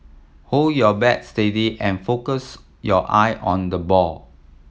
hold your bat steady and focus your eye on the ball